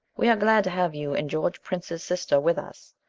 we are glad to have you and george prince's sister with us.